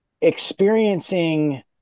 experiencing